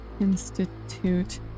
institute